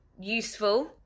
useful